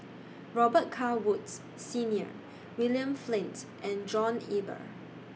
Robet Carr Woods Senior William Flint and John Eber